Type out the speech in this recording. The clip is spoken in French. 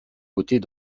côtés